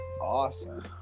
Awesome